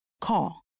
Call